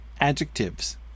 adjectives